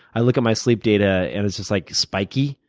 i look at my sleep data, and it's it's like spiky.